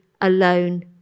alone